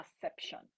perception